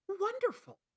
wonderful